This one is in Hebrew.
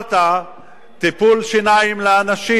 אישרת טיפול שיניים לאנשים,